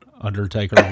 Undertaker